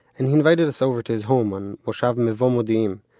and he invited us over, to his home on moshav mevo modiim,